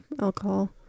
alcohol